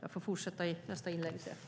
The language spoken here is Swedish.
Jag får säga mer i mitt nästa inlägg.